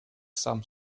some